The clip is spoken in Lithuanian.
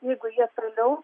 jeigu jie toliau